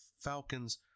Falcons